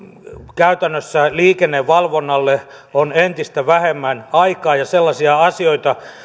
käytännössä liikennevalvonnalle on entistä vähemmän aikaa ja sellaisia asioita